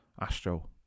astro